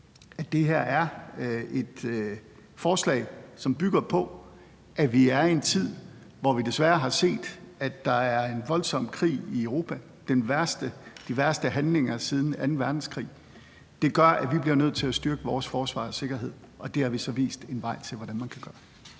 at sige, det er et forslag, som bygger på, at vi er i en tid, hvor vi desværre ser, at der er en voldsom krig i Europa – de værste handlinger siden anden verdenskrig. Det gør, at vi bliver nødt til at styrke vores forsvar og sikkerhed, og det har vi så vist en vej til hvordan man kan gøre.